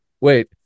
Wait